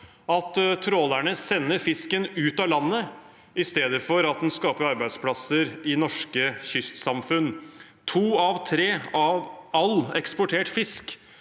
at trålerne sender fisken ut av landet i stedet for at den skaper arbeidsplasser i norske kystsamfunn. To av tre av all eksportert fisk